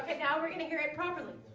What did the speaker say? and now we're gonna hear it properly